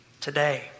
today